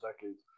decades